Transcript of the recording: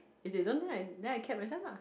if they don't then I then I cab myself lah